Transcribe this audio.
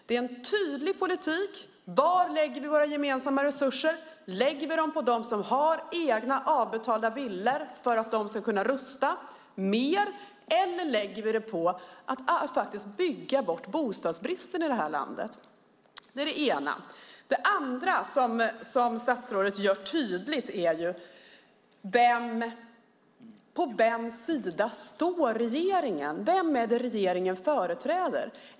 Det är en tydlig politik. Var lägger vi våra gemensamma resurser? Lägger vi dem på dem som har egna färdigbetalda villor för att de ska kunna rusta eller lägger vi dem på att bygga bort bostadsbristen? På vems sida står regeringen? Vem är det regeringen företräder?